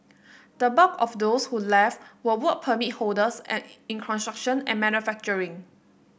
the bulk of those who left were Work Permit holders an in construction and manufacturing